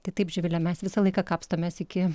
tai taip živile mes visą laiką kapstomės iki